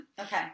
Okay